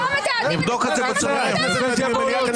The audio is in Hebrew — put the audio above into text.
נבדוק את זה --- חבר הכנסת ולדימיר בליאק,